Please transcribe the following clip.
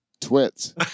twits